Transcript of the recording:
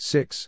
Six